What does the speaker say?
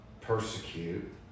persecute